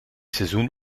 seizoen